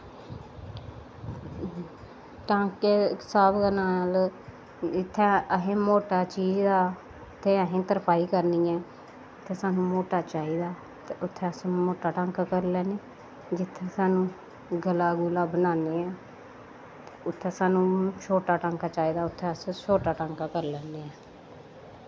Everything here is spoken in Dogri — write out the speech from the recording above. टांके इस स्हाब कन्नै नाप इत्थै असें मोटा चीज दा ते असें तरपाई करनी ऐ ते सानूं मोटा चाहिदा ते उत्थै अस मोटा टांका भरी लेन्ने जित्थै सानूं गला गुला बनाने उत्थै सानूं छोटा टांका चाहिदा उत्थै अस छोटा टांका करी लैन्ने हां